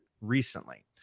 recently